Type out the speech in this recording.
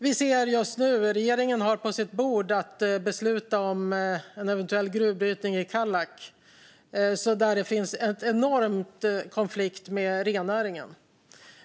Regeringen har just nu på sitt bord att besluta om en eventuell gruvbrytning i Kallak. Där finns en enorm konflikt med rennäringen.